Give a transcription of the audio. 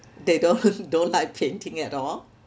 they don't don't like painting at all